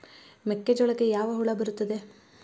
ಮೆಕ್ಕೆಜೋಳಕ್ಕೆ ಯಾವ ಹುಳ ಬರುತ್ತದೆ?